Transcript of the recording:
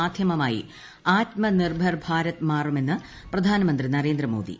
മാധ്യമമായി ആത്മനിർഭർ ഭാരത് മാറുമെന്ന് പ്രധാനമന്ത്രി നരേന്ദ്ര മോദി